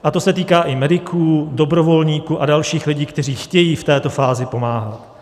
A to se týká i mediků, dobrovolníků a dalších lidí, kteří chtějí v této fázi pomáhat.